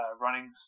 running